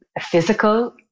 physical